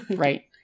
Right